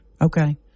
Okay